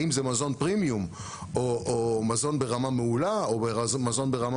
האם זה מזון פרימיום או מזון ברמה מעולה או מזון ברמה